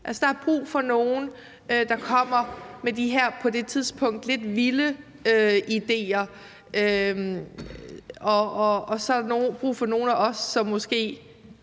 der er brug for nogen, der kommer med de her på det givne tidspunkt lidt vilde idéer, og så er der brug for nogle af os, som måske